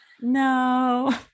no